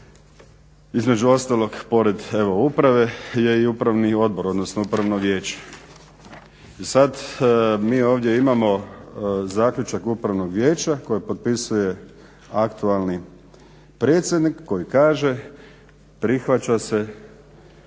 između ostalog evo pored uprave je i upravni odbor, odnosno upravno vijeće. I sad mi ovdje imamo zaključak upravnog vijeća koje potpisuje aktualni predsjednik koji kaže prihvaća se